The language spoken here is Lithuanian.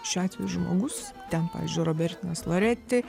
šiuo atveju žmogus ten pavyzdžiui robertinas loreti